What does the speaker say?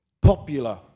popular